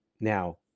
now